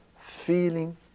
feeling